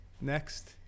next